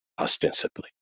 Ostensibly